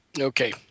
Okay